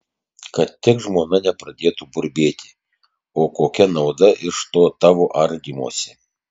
kad tik žmona nepradėtų burbėti o kokia nauda iš to tavo ardymosi